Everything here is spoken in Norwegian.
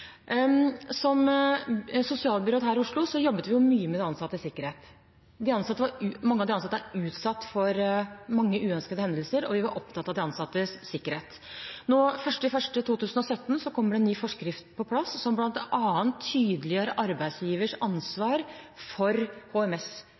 sosialbyråd her i Oslo, jobbet vi mye med de ansattes sikkerhet. Mange av de ansatte er utsatt for uønskede hendelser, og vi var opptatt av de ansattes sikkerhet. Den 1. januar 2017 kommer det en ny forskrift på plass som bl.a. tydeliggjør arbeidsgivers